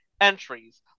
entries